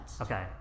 Okay